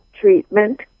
Treatment